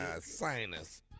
sinus